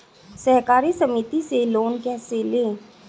सहकारी समिति से लोन कैसे लें?